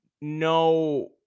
No